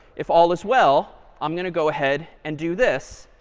if all is well, i'm going to go ahead and do this.